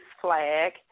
flag